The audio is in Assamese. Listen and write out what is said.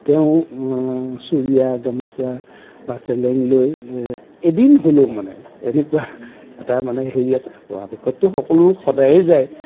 তেওঁ চুৰিয়া গামোচা বা চেলেং লৈ এদিন হ'লেও মানে এনেকুৱা এটা মানে হেৰি আছে পৰাপক্ষততো সকলো সদায়েই যায়